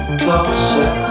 Closer